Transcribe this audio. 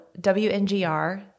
WNGR